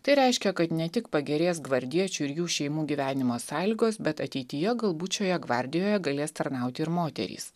tai reiškia kad ne tik pagerės gvardiečių ir jų šeimų gyvenimo sąlygos bet ateityje galbūt šioje gvardijoje galės tarnauti ir moterys